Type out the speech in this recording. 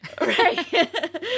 right